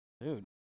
Dude